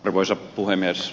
arvoisa puhemies